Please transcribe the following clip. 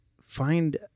find